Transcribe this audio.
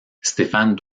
stéphane